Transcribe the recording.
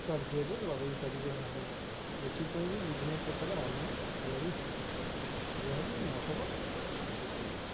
କାର୍ଯ୍ୟରେ ଲଗେଇ ପାରିବେ ନାହିଁ ଏଥିପାଇଁ ବି ବିଭିନ୍ନ ପ୍ରକାର ଆଇନ୍ ତିଆରି ହୋଇଛିି ଏହା ବିି ନହବା ଉଚିତ